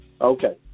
Okay